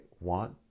want